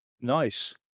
Nice